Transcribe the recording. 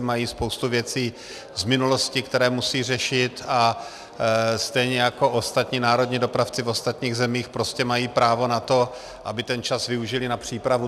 Mají spoustu věcí z minulosti, které musí řešit, a stejně jako ostatní národní dopravci v ostatních zemích prostě mají právo na to, aby ten čas využily na přípravu.